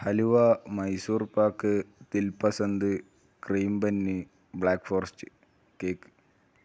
halwa Mysore pak dil pasand cream bun black forest cake